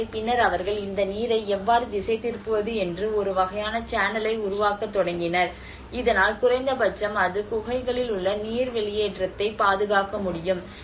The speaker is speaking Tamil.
எனவே பின்னர் அவர்கள் இந்த நீரை எவ்வாறு திசை திருப்புவது என்று ஒரு வகையான சேனலை உருவாக்கத் தொடங்கினர் இதனால் குறைந்தபட்சம் அது குகைகளில் உள்ள நீர் வெளியேற்றத்தை பாதுகாக்க முடியும்